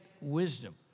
wisdom